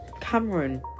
Cameron